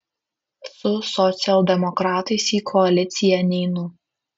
su socialdemokratais į koaliciją neinu